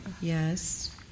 Yes